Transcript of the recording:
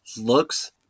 looks